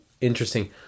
interesting